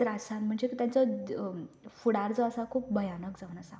त्रासांत म्हणजें ताचो फुडार जो आसा तो खूब भयानक जाल्लो आसा